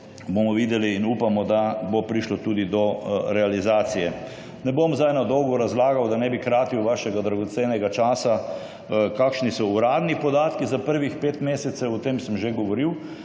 Bomo videli in upamo, da bo prišlo tudi do realizacije. Ne bom zdaj na dolgo razlagal, da ne bi kratil vašega dragocenega časa, kakšni so uradni podatki za prvih pet mesecev. O tem sem že govoril